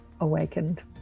Awakened